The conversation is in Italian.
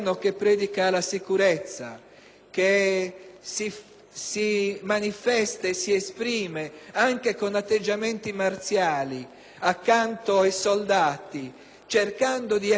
che si manifesta e si esprime anche con atteggiamenti marziali accanto ai soldati, che cerca di accreditare l'idea